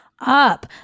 up